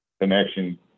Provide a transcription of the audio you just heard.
connection